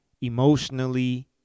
emotionally